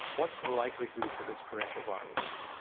what's the likelihood that it's parechovirus?